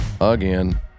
Again